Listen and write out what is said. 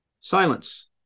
silence